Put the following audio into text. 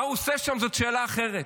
מה הוא עושה שם זאת שאלה אחרת,